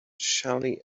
shelly